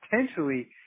potentially